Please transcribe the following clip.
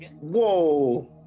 Whoa